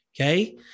Okay